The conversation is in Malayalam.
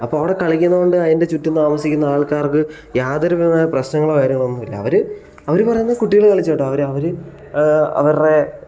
അപ്പോൾ അവിടെ കളിക്കുന്നത് കൊണ്ട് അതിൻ്റെ ചുറ്റും താമസിക്കുന്ന ആൾക്കാർക്ക് യാതൊരു വിധ പ്രശ്നങ്ങളോ കാര്യങ്ങളോ ഒന്നുമില്ല അവർ അവർ പറയുന്നത് കുട്ടികൾ കളിച്ചോട്ടെ അവർ അവർ അവരുടെ